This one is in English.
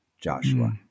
joshua